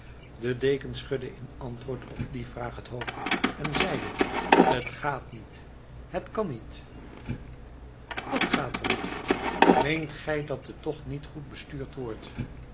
de deken schudde in antwoord op die vraag het hoofd en zeide het gaat niet het kan niet gaan wat gaat er niet meent gij dat de tocht niet goed bestuurd wordt